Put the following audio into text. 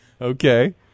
Okay